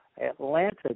Atlanta